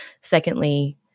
Secondly